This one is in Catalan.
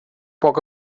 poc